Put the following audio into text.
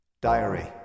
Diary